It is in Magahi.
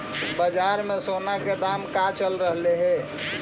बाजार में सोने का दाम का चल रहलइ हे